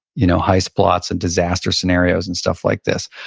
you know heist plots and disaster scenarios and stuff like this.